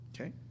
Okay